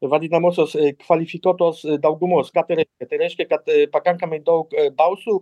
vadinamosios kvalifikuotos daugumos ką turi tai reiškia kad tai pakankamai daug balsų